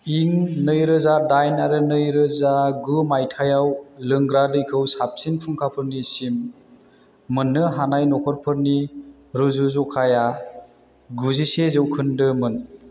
इं नै रोजा डाइन आरो नै रोजा गु मायथाइयाव लोंग्रा दैखौ साबसिन फुंखाफोरसिम मोननो हानाय नखरफोरनि रुजु जखाया गुजिसे जौखोन्दोमोन